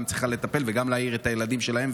צריכים לטפל וגם להעיר את הילדים שלהם,